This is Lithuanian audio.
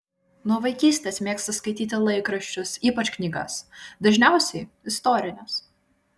nuo vaikystės mėgsta skaityti laikraščius ypač knygas dažniausiai istorines